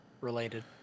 related